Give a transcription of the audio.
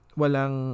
walang